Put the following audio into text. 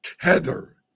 tether